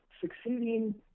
succeeding